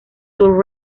sur